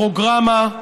פרוגרמה,